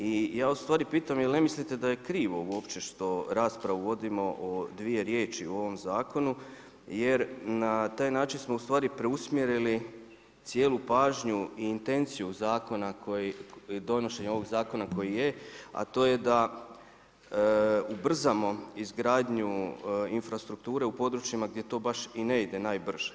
I ja ustvari pitam je li ne mislite da je krivo uopće što raspravu vodimo o dvije riječi o ovom zakonu jer na taj način smo ustvari preusmjerili cijelu pažnju i intenciju zakona, donošenje ovog zakona koji je a to je da ubrzamo izgradnju infrastrukture u područjima gdje to baš i ne ide najbrže.